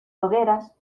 hogueras